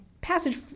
passage